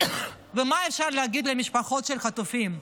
ומה אפשר להגיד למשפחות של חטופים?